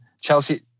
Chelsea